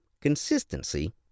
consistency